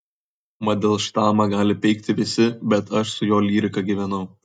mandelštamą gali peikti visi bet aš su jo lyrika gyvenau